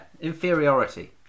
Inferiority